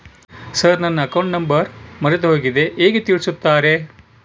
Sir ನನ್ನ account number ಮರೆತುಹೋಗಿದೆ ಹೇಗೆ ತಿಳಿಸುತ್ತಾರೆ?